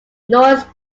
norse